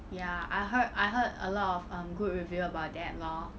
ya I heard I heard a lot of um good review about that lor